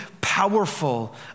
powerful